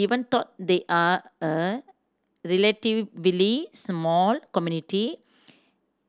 even though they are a relatively small community